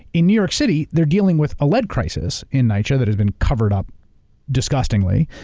in new york city, they're dealing with a lead crisis in nycha that has been covered up disgustingly.